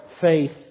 faith